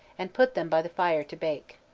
and put them by the fire to bake.